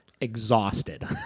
exhausted